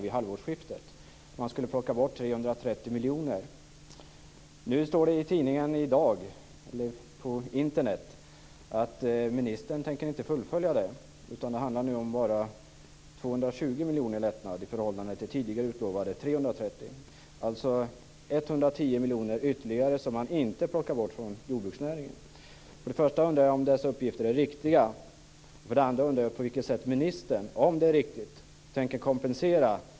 Man skulle plocka bort 330 miljoner. I dag kan man läsa på Internet att ministern inte tänker fullfölja detta. Nu handlar det bara om 220 miljoner i lättnad i förhållande till tidigare utlovade 330 miljoner. Man plockar alltså bort 110 miljoner mindre från jordbruksnäringen. För det första undrar jag: Är dessa uppgifter riktiga? För det andra undrar jag: På vilket sätt tänker ministern, om detta är riktigt, ge kompensation?